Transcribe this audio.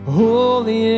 holy